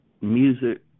music